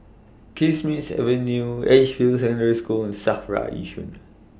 Kismis Avenue Edgefield Secondary School SAFRA Yishun